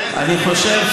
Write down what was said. אני חושב,